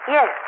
Yes